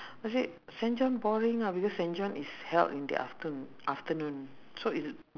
I said saint john boring ah because saint john is held in the aftern~ afternoon so it's